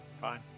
fine